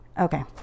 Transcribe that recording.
okay